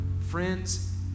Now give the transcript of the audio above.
Friends